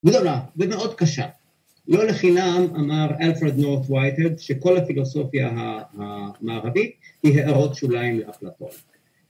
‫בגדולה, ומאוד קשה. ‫לא לחינם, אמר אלפרד נורט ווייטרד, ‫שכל הפילוסופיה המערבית ‫היא הערות שוליים לאפלטון.